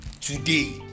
Today